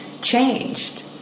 changed